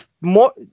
more